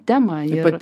temą ir